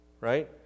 Right